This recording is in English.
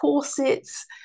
corsets